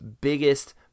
biggest